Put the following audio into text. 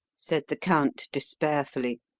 said the count despairfully.